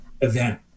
event